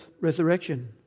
resurrection